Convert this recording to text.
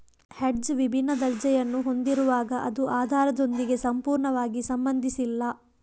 hedge ವಿಭಿನ್ನ ದರ್ಜೆಯನ್ನು ಹೊಂದಿರುವಾಗ ಅದು ಆಧಾರದೊಂದಿಗೆ ಸಂಪೂರ್ಣವಾಗಿ ಸಂಬಂಧಿಸಿಲ್ಲ